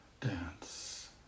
dance